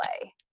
play